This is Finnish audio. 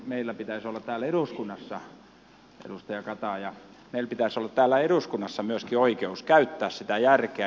meillä pitäisi olla täällä eduskunnassa edustaja kataja myöskin oikeus käyttää sitä järkeä